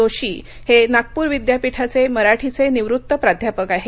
जोशी हे नागपूर विद्यापीठाचे मराठीचे निवृत्त प्राध्यापक आहेत